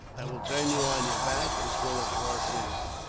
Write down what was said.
i will turn you on your back, and swim across with you.